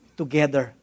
together